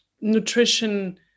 nutrition